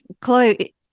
Chloe